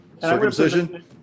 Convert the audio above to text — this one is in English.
Circumcision